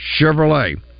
Chevrolet